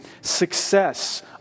success